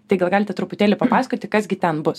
tai gal galite truputėlį papasakoti kas gi ten bus